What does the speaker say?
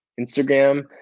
Instagram